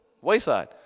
wayside